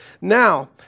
Now